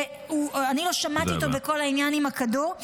אני לא שמעתי אותו בכל העניין עם הכדור -- תודה רבה.